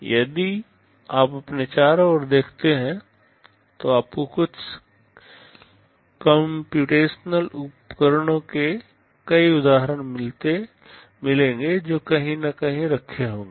यदि आप अपने चारों ओर देखते हैं तो आपको कुछ कम्प्यूटेशनल उपकरणों के कई उदाहरण मिलेंगे जो कहीं न कहीं रखे होंगे